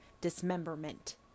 dismemberment